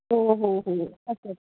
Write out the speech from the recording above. हो हो हो असंच